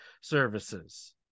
services